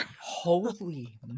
Holy